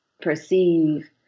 perceive